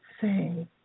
say